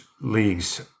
leagues